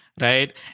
right